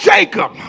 Jacob